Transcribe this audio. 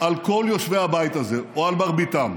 על כל יושבי הבית הזה, או על מרביתם.